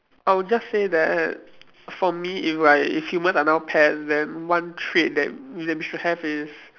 I'll just say that for me if I if humans are now pets then one trait that that we should have is